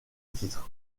titres